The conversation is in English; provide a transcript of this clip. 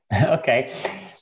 Okay